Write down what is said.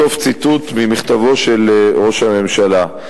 סוף ציטוט ממכתבו של ראש הממשלה.